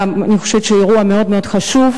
אני חושבת שהיה אירוע מאוד חשוב,